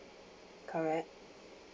correct